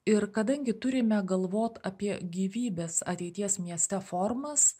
ir kadangi turime galvot apie gyvybės ateities miestą formas